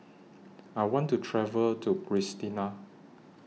I want to travel to Pristina